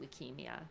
leukemia